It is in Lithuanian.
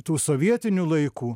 tų sovietinių laikų